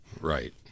Right